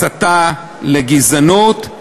הסתה לגזענות,